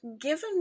given